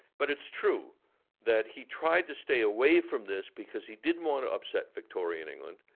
but it's true that he tried to stay away from this because he didn't want to upset victorian england.